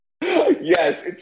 Yes